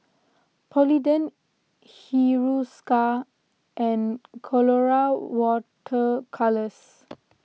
Polident Hiruscar and Colora Water Colours